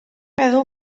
meddwl